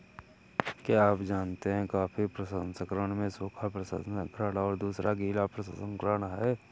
क्या आप जानते है कॉफ़ी प्रसंस्करण में सूखा प्रसंस्करण और दूसरा गीला प्रसंस्करण है?